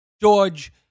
George